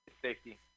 Safety